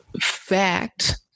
fact